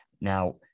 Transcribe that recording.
Now